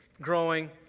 growing